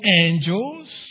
angels